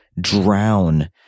drown